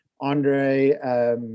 Andre